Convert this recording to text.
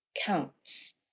counts